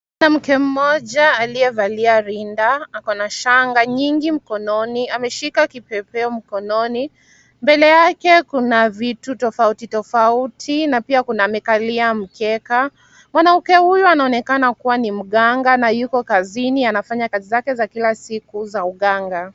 Mwanamke mmoja aliyevalia rinda, ako na shanga nyingi mkononi, ameshika kipepeo mkononi. Mbele yake kuna vitu tofauti tofauti na pia kuna amekalia mkeka. Mwanamke huyu anaonekana kuwa ni mganga na yuko kazini anafanya kazi zake za kila siku za uganga.